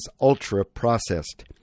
ultra-processed